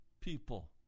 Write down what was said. people